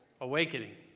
awakening